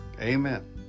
amen